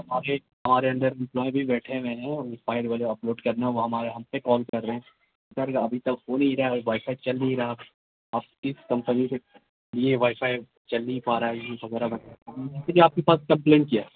ہمارے ہمارے اندر امپلائی بھی بیٹھے ہوئے ہیں وہ فائل وغیرہ اپ لوڈ کرنا ہے وہ ہمارے ہم پہ کال کر رہے ہیں سر ابھی تک ہو نہیں ہی رہا ہے وہ وائی فائی چل نہیں ہی رہا آپ کس کمپنی کے لیے وائی فائی چل نہیں پا رہا ہے یوز وغیرہ اس لیے آپ کے پاس کمپلینٹ کیا